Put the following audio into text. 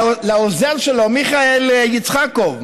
לעוזר שלו, מיכאל יצחקוב,